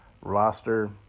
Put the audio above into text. roster